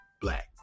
black